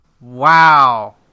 Wow